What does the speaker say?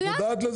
את מודעת לזה?